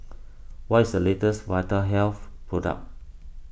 what is the latest Vitahealth product